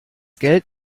geld